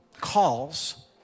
calls